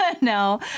No